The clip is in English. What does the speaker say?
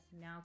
now